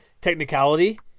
technicality